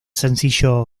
sencillo